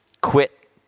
quit